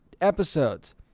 episodes